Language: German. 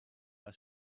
war